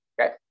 okay